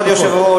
כבוד היושב-ראש,